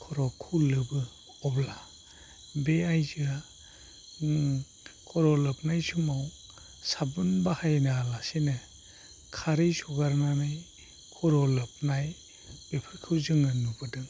खर'खौ लोबो अब्ला बे आइजोआ खर' लोबनाय समाव साबुन बाहाय नाङा लासिनो खारै सगारनानै खर' लोबनाय बेफोरखौ जोङो नुबोदों